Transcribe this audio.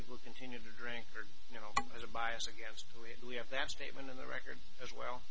people continue to drink or you know has a bias against the way we have that statement in the record as well